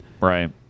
Right